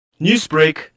Newsbreak